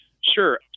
Sure